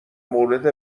مورد